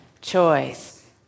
Choice